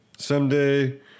Someday